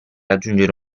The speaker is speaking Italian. aggiungere